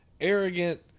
arrogant